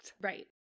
Right